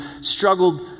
struggled